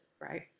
right